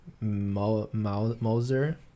Moser